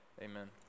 Amen